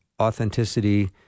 authenticity